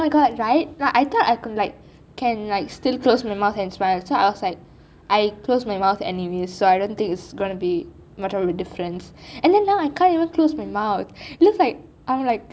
omg right right I thought I could like can still like close my mouth as well so I was like I close my mouth anyway so I thought not gonna be much of a difference now I cant even close my mouth looks like